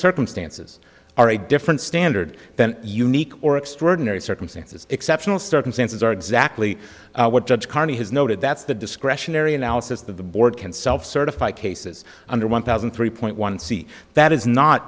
circumstances are a different standard than unique or extraordinary circumstances exceptional circumstances are exactly what judge carney has noted that's the discretionary analysis that the board can self certify cases under one thousand three point one see that is not